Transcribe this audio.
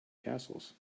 castles